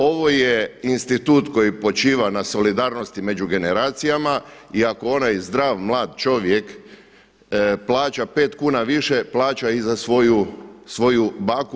Ovo je institut koji počiva na solidarnosti među generacijama i ako onaj zdrav, mlad čovjek plaća 5 kuna više plaća i za svoju baku.